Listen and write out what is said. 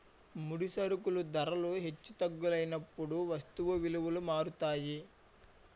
ముడి సరుకుల ధరలు హెచ్చు తగ్గులైనప్పుడు వస్తువు విలువలు మారుతాయి